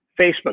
Facebook